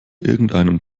irgendeinem